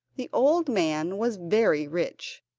the old man was very rich,